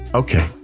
okay